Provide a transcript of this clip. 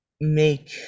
make